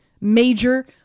major